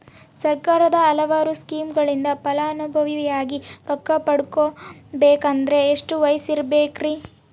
ಸರ್ಕಾರದ ಹಲವಾರು ಸ್ಕೇಮುಗಳಿಂದ ಫಲಾನುಭವಿಯಾಗಿ ರೊಕ್ಕ ಪಡಕೊಬೇಕಂದರೆ ಎಷ್ಟು ವಯಸ್ಸಿರಬೇಕ್ರಿ?